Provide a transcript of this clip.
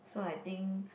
so I think